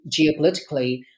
geopolitically